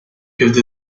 peuvent